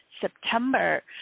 September